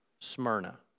Smyrna